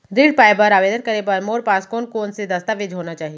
ऋण पाय बर आवेदन करे बर मोर पास कोन कोन से दस्तावेज होना चाही?